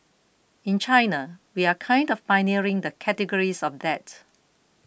in China we are kind of pioneering the categories of that